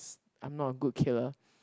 I'm not a good killer